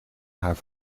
haar